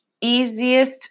easiest